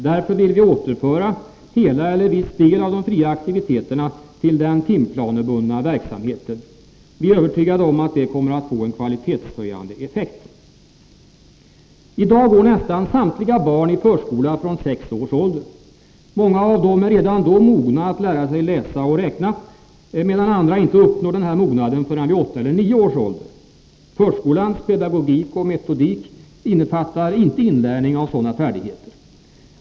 Därför vill vi återföra hela eller viss del av de fria aktiviteterna till den timplanebundna verksamheten. Vi är övertygade om att det kommer att få en kvalitetshöjande effekt. I dag går nästan samtliga barn i förskola från sex års ålder. Många av dem är redan då mogna att lära sig läsa och räkna, medan andra inte uppnår den mognaden förrän vid åtta eller nio års ålder. Förskolans pedagogik och metodik innefattar inte inlärning av sådana färdigheter.